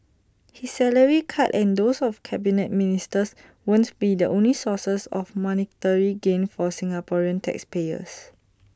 his salary cut and those of Cabinet Ministers won't be the only sources of monetary gain for Singaporean taxpayers